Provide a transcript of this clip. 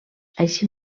així